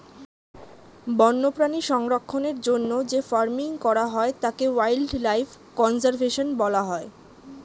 বন্যপ্রাণী সংরক্ষণের জন্য যে ফার্মিং করা হয় তাকে ওয়াইল্ড লাইফ কনজার্ভেশন বলা হয়